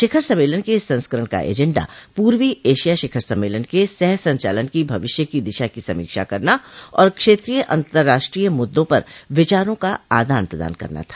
शिखर सम्मेलन के इस संस्करण का एजेंडा पूर्वी एशिया शिखर सम्मेलन के सह संचालन की भविष्य की दिशा की समीक्षा करना और क्षेत्रीय और अतंर्राष्ट्रीय मुद्दों पर विचारों का आदान प्रदान करना था